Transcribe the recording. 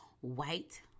white